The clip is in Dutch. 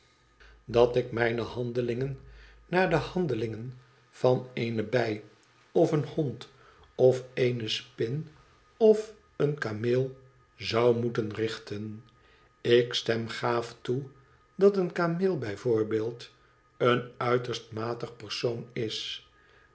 i ik mijne handelingen naar de handelingen van eene bij of een hond of eene spin of een kameel zou moeten richten ik stem gaaf toe dat een kameel bij voorbeeld een uiterst matig persoon is